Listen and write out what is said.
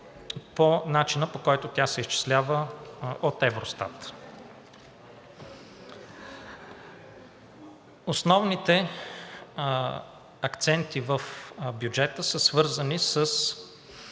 по начина, по който тя се изчислява от Евростат. Основните акценти в бюджета са свързани с